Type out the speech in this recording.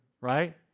right